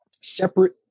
separate